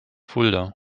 fulda